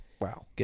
Wow